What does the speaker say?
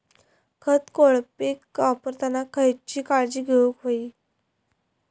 खत कोळपे वापरताना खयची काळजी घेऊक व्हयी?